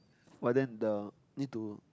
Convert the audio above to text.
oh I then the need to